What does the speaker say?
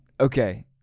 Okay